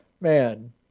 man